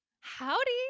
Howdy